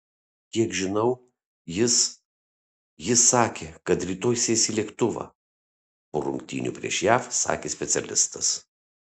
kiek žinau jis jis sakė kad rytoj sės į lėktuvą po rungtynių prieš jav sakė specialistas